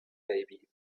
baby